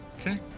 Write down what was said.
Okay